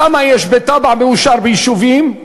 כמה יש בתב"ע מאושרת ביישובים.